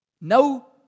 No